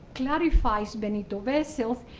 clarifies benito-vessels,